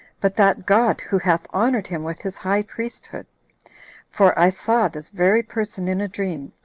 but that god who hath honored him with his high priesthood for i saw this very person in a dream,